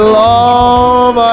love